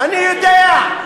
אני יודע.